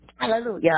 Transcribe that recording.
Hallelujah